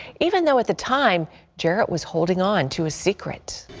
even though at the time jarrett was holding on to a secret.